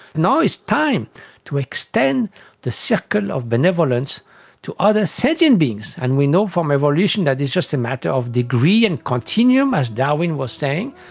now it's time to extend the circle of benevolence to other sentient beings, and we know from evolution that it's just a matter of degree and continuum, as darwin was saying,